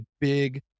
big